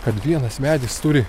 kad vienas medis turi